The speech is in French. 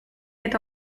est